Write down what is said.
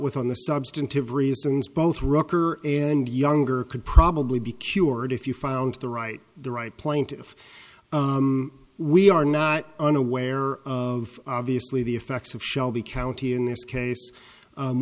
with on the substantive reasons both rucker and younger could probably be cured if you found the right the right plaintive we are not unaware of obviously the effects of shelby county in this case